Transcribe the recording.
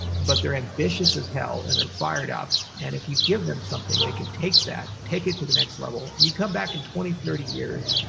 but they're ambitious as hell, and they're fired up, and if you give them something, they can take that, take it to the next level, you come back in twenty, thirty years,